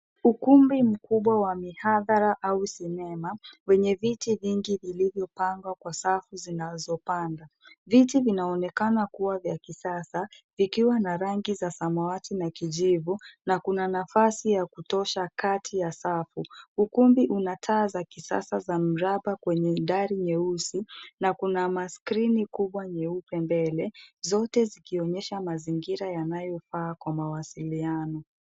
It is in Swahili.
Ukumbi mkubwa wa mihadhara au sinema yenye viti vingi vilivyopangwa kwa safu zinazopanda. Viti vinaonekana kuwa vya kisasa vikiwa na rangi za samawati na kijivu na kuna nafasi ya kutosha kati ya safu. Ukumbi unataa za kisasa za mraba kwenye dari nyeusi na kuna maskrini kubwa nyeupe mbele zote zikionyesha mazingira yanayofaa kwa mawasiliano.